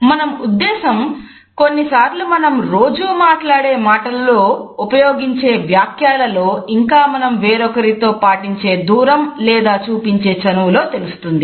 మన ఉద్దేశం కొన్నిసార్లు మనం రోజూ మాట్లాడే మాటలలో ఉపయోగించే వాక్యాలలో ఇంకా మనం వేరొకరితో పాటించే దూరం లేదా చూపించే చనువులో తెలుస్తుంది